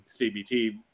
CBT